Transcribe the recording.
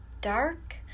dark